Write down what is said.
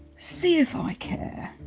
see if i care,